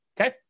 Okay